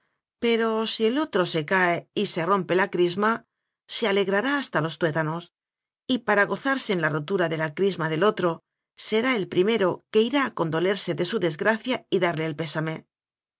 pero si el otro se cae y se rompe la crisma se alegrará hasta los tuétanos y para gozarse en la rotura de i la crisma del otro será el primero que irá a condolerse de su desgracia y darle el pésame